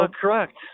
correct